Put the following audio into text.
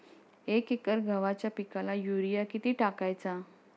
एक एकर गव्हाच्या पिकाला युरिया किती टाकायचा?